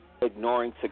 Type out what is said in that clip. ignoring